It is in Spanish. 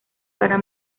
para